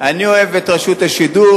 אני אוהב את רשות השידור,